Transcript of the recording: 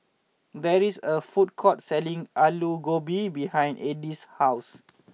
there is a food court selling Alu Gobi behind Eddie's house